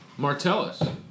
Martellus